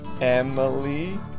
Emily